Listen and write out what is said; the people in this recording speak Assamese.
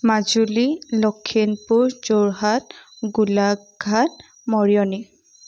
মাজুলী লখিমপুৰ যোৰহাট গোলাঘাট মৰিয়নি